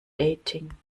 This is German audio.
dating